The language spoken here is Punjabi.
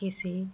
ਕਿਸੇ